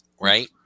right